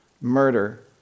murder